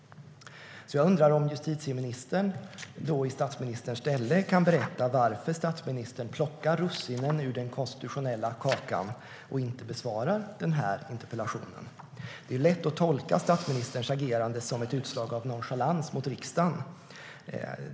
Jag undrar om justitieministern i statsministerns ställe kan berätta varför statsministern plockar russinen ur den konstitutionella kakan och inte besvarar interpellationen. Det är lätt att tolka statsministerns agerande som ett utslag av nonchalans mot riksdagen.